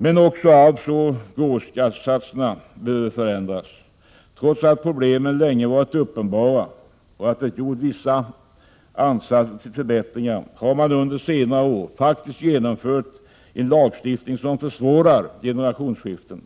Även arvsoch gåvoskattesatserna behöver förändras. Trots att problemen länge varit uppenbara och att det gjorts vissa ansatser till förbättringar, har man under senare år faktiskt genomfört en lagstiftning som försvårar generationsskiften.